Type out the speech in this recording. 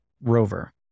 rover